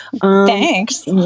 thanks